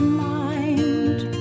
mind